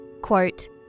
Quote